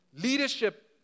Leadership